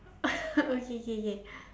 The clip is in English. okay K K